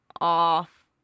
off